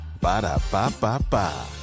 Ba-da-ba-ba-ba